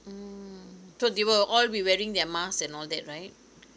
mm so they will all be wearing their mask and all that right